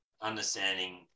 understanding